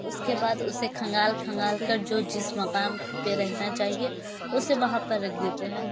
اس کے بعد اسے کھنگال کھنگال کر جو جس مقام پہ رہنا چاہیے اسے وہاں پر رکھ دیتے ہیں